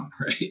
right